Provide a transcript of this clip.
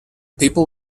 people